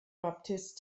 baptiste